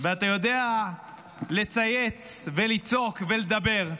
ואתה יודע לצייץ ולצעוק ולדבר,